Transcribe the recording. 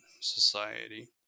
Society